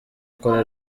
ukora